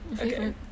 Okay